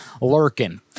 lurking